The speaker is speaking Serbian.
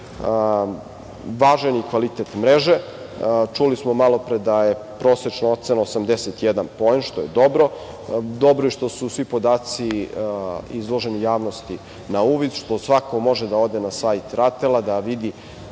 je i kvalitet mreže. Čuli smo malopre da je prosečna ocena 81 poen, što je dobro. Dobro je i što su svi podaci izloženi javnosti na uvid, što svako može da ode na sajt RATEL-a da vidi